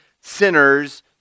sinners